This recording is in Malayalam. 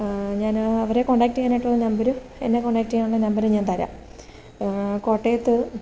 ഞാന് അവരെ കോൺറ്റാക്റ്റെയ്യാനായിട്ടുള്ള നമ്പറും എന്നെ കോൺറ്റാക്റ്റെയ്യാനുള്ള നമ്പറും ഞാൻ തരാം കോട്ടയത്ത്